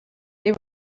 they